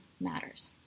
matters